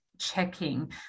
checking